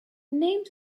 names